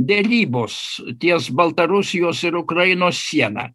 derybos ties baltarusijos ir ukrainos siena